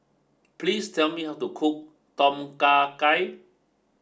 please tell me how to cook Tom Kha Gai